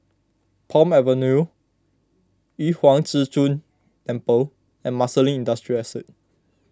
Palm Avenue Yu Huang Zhi Zun Temple and Marsiling Industrial Estate